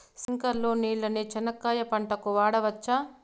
స్ప్రింక్లర్లు నీళ్ళని చెనక్కాయ పంట కు వాడవచ్చా?